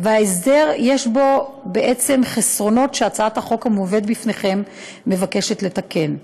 וההסדר הזה יש בו בעצם חסרונות שהצעת החוק המובאת בפניכם מבקשת לתקן.